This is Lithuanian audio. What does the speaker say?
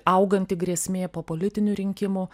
auganti grėsmė po politinių rinkimų